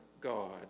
God